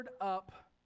up